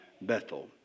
Bethel